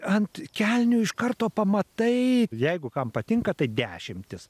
ant kelnių iš karto pamatai jeigu kam patinka tai dešimtis